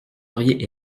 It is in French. auriez